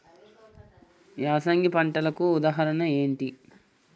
యాసంగి పంటలకు ఉదాహరణ ఏంటి?